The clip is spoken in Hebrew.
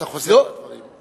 אתה חוזר על הדברים.